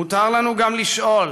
מותר לנו גם לשאול: